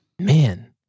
Man